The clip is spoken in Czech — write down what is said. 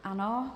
Ano.